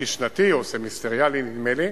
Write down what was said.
כרטיס שנתי או סמסטריאלי, נדמה לי,